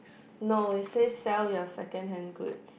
no it says sell your second hand goods